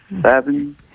seven